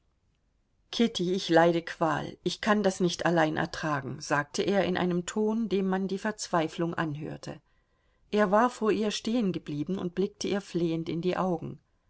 kitty ich leide qual ich kann das nicht allein ertragen sagte er in einem ton dem man die verzweiflung anhörte er war vor ihr stehengeblieben und blickte ihr flehend in die augen